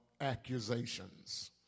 accusations